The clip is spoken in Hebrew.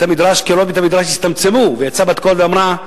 קירות בית-המדרש הצטמצמו, ויצאה בת קול ואמרה: